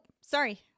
sorry